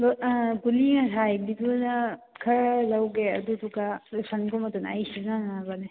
ꯑꯗꯣ ꯒꯨꯂꯤ ꯉꯁꯥꯏꯒꯤꯗꯨꯅ ꯈꯔ ꯂꯧꯒꯦ ꯑꯗꯨꯗꯨꯒ ꯂꯣꯁꯟꯒꯨꯝꯕꯗꯨꯅ ꯑꯩ ꯁꯤꯖꯤꯟꯅꯅꯕꯅꯦ